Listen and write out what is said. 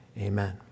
amen